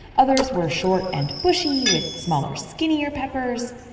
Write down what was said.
others were short and bushy, with smaller, skinnier peppers,